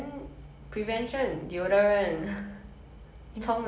冲凉 I don't know take care of your hygiene